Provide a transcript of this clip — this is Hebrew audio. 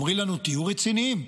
אומרים לנו: היו רציניים,